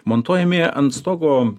montuojami ant stogo